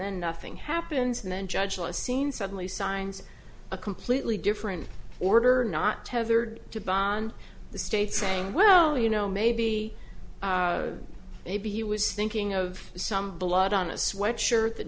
then nothing happens and then judge will a scene suddenly signs a completely different order not tethered to ban the states saying well you know maybe maybe he was thinking of some blood on a sweat shirt that